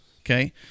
Okay